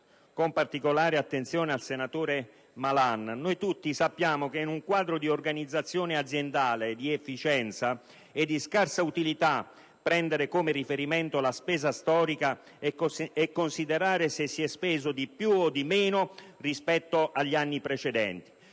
con particolare attenzione al senatore Malan nel dire che, come noi tutti sappiamo, in un quadro di organizzazione aziendale di efficienza, è di scarsa utilità prendere come riferimento la spesa storica e considerare se si è speso di più o di meno rispetto agli anni precedenti.